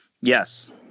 Yes